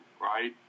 right